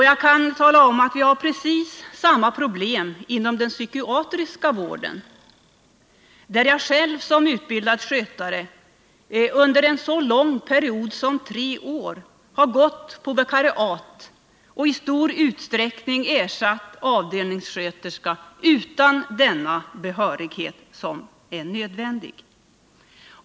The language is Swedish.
Jag kan tala om att vi har precis samma problem inom den psykiatriska vården, där jag själv som utbildad skötare under en så lång period som tre år har gått på vikariat och i stor utsträckning ersatt en avdelningssköterska — utan den behörighet som är nödvändig.